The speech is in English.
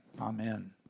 Amen